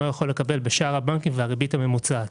מה הוא יכול לקבל בשאר הבנקים והריבית הממוצעת.